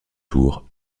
tour